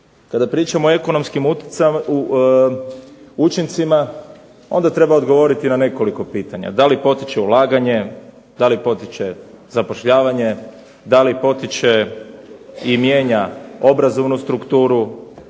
Kada pričamo o ekonomskim učincima onda treba odgovoriti na nekoliko pitanja. Da li potiče ulaganje, da li potiče zapošljavanje, da li potiče i mijenja obrazovnu strukturu,